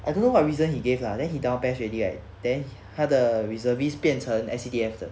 I don't know what reason he gave lah then he down PES already right then 他的 reservist 变成 S_C_D_F 的